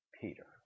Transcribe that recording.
Peter